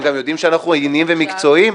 הם גם יודעים שאנחנו ענייניים ומקצועיים.